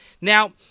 Now